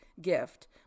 gift